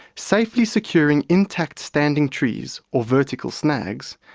safely securing intact standing trees, or vertical snags,